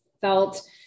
felt